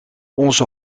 onze